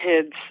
kids